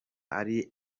ari